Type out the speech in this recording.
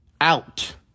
out